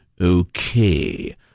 Okay